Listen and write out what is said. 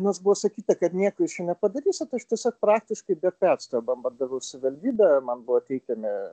nors buvo sakyta kad nieko jūs nepadarysit aš tiesiog praktiškai be perstojo bombardavau savivaldybę man buvo teikiami